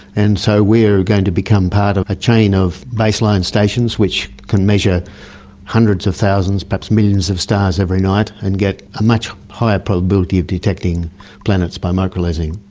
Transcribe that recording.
and so we're going to become part of a chain of baseline stations which can measure hundreds of thousands, perhaps millions of stars every night and get a much higher probability of detecting planets by microlensing.